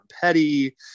Petty